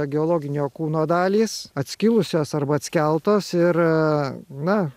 geologinio kūno dalys atskilusios arba atskeltos ir na